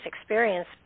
experience